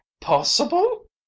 possible